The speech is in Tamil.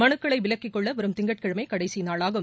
மலுக்களை விலக்கிக் கொள்ள வரும் திங்கடகிழமை கடைசி நாளாகும்